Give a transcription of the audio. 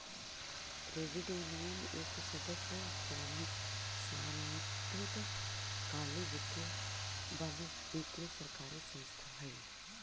credit union एक सदस्य स्वामित्व वाली वित्तीय सरकारी संस्था हइ